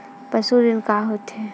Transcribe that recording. पशु ऋण का होथे?